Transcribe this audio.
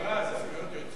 זה זכויות יוצרים.